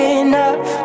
enough